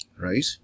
Right